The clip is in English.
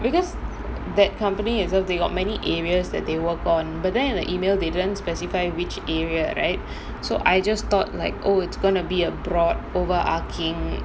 because that company itself they got many areas that they work on but then in the email they didn't specify which area right so I just thought like oh it's going to be a broad overarching